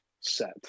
set